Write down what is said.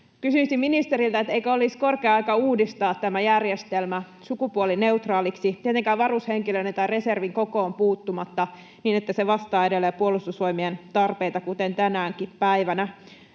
Kysyisin ministeriltä: eikö olisi korkea aika uudistaa tämä järjestelmä sukupuolineutraaliksi, tietenkään varushenkilöiden määrään tai reservin kokoon puuttumatta, niin että se vastaa edelleen Puolustusvoimien tarpeita, kuten tänäkin päivänä?